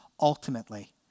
ultimately